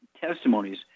testimonies